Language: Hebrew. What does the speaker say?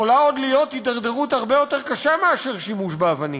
יכולה עוד להיות התדרדרות הרבה יותר קשה מאשר שימוש באבנים.